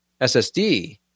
ssd